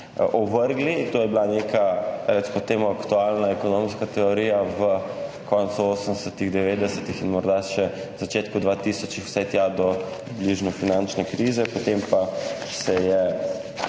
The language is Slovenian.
ovrgli. To je bila neka, recimo temu, aktualna ekonomska teorija ob koncu 80., 90. let, morda še v začetku leta 2000, vsaj tja do bližnje finančne krize, potem pa se je